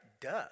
duh